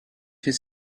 his